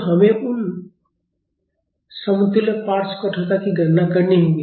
तो हमें उस समतुल्य पार्श्व कठोरता की गणना करनी होगी